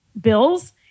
bills